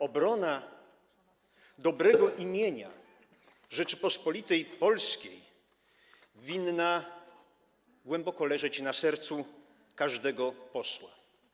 Obrona dobrego imienia Rzeczypospolitej Polskiej winna głęboko leżeć na sercu każdemu posłowi.